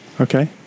Okay